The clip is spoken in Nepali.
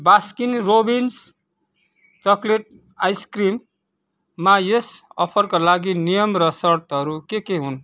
बास्किन रोबिन्स चकलेट आइसक्रिममा यस अफरका लागि नियम र सर्तहरू के के हुन्